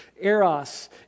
Eros